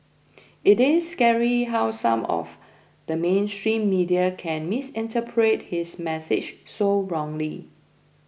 it is scary how some of the mainstream media can misinterpret his message so wrongly